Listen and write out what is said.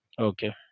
Okay